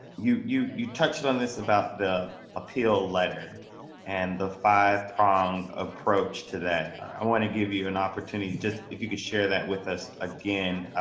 you, you, you touched on this about the appeal letter and the five prong approach to that i want to give you an and opportunity just if you could share that with us again.